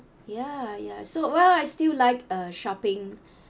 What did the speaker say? ya ya so well I still like uh shopping